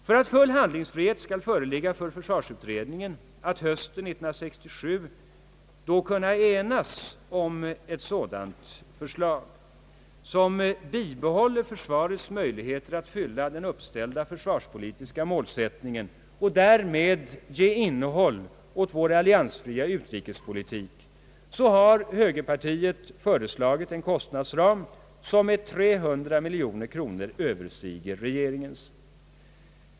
För att försvarsutredningen skall ha full handlingsfrihet att hösten 1967 kunna enas om ett sådant förslag, som bibehåller försvarets möjligheter att genomföra den uppställda försvarspolitiska målsättningen och därmed ge innehåll åt vår alliansfria utrikespolitik, har högerpartiet föreslagit en kostnadsram som med 300 miljoner kronor överstiger regeringens.